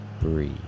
breathe